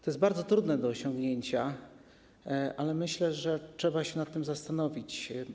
To jest bardzo trudne do osiągnięcia, ale myślę, że trzeba się nad tym zastanowić.